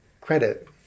credit